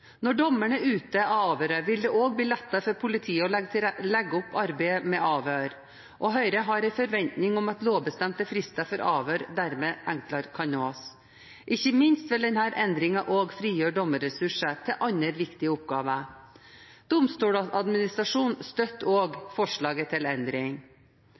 Når dommeren er ute av avhøret, vil det også bli lettere for politiet å legge opp arbeidet med avhør, og Høyre har en forventning om at lovbestemte frister for avhør dermed enklere kan nås. Ikke minst vil denne endringen også frigjøre dommerressurser til andre viktige oppgaver. Domstoladministrasjonen støtter også forslaget til endring.